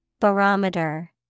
Barometer